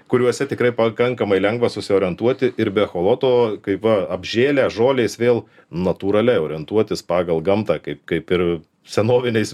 kuriuose tikrai pakankamai lengva susiorientuoti ir be echoloto kai va apžėlę žolės vėl natūralia orientuotis pagal gamtą kaip kaip ir senoviniais